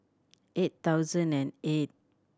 eight thousand and eight